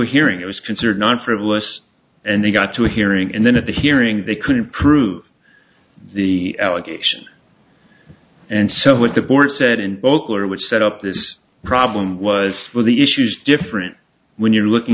hearing it was considered not frivolous and they got to a hearing and then at the hearing they couldn't prove the allegation and so what the board said and both were which set up this problem was for the issues different when you're looking